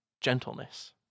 gentleness